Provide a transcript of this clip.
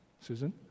Susan